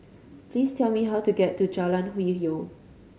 please tell me how to get to Jalan Hwi Yoh